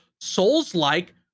Souls-like